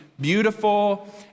beautiful